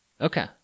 Okay